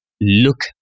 look